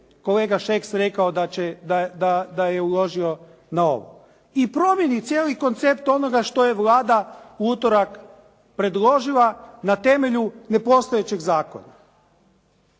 kolega Šeks rekao da je uložio na ovo i promijeni cijeli koncept onoga što je Vlada u utorak predložila na temelju nepostojećeg zakona.